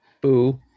Boo